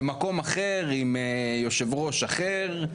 במקום אחר עם יושב ראש אחר,